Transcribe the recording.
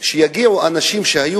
שיגיעו אנשים שהיו